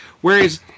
whereas